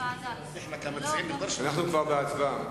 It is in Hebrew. אנחנו כבר בהצבעה.